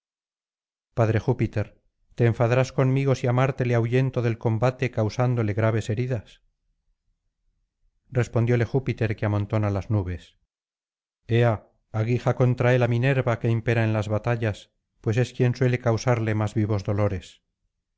padre júpiter te enfadarás conmigo si á marte le ahuyento del combate causándole graves heridas respondile júpiter que amontona las nubes ea aguija contra él á minerva que impera en las batallas pues es quien suele causarle más vivos dolores los